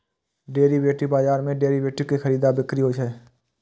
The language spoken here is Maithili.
डेरिवेटिव बाजार मे डेरिवेटिव के खरीद आ बिक्री होइ छै